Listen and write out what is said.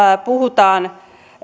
puhutaan